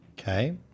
Okay